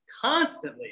constantly